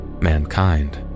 mankind